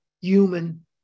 human